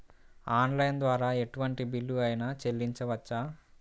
Online ద్వారా ఎటువంటి bill అయినా చెల్లించవచ్చా?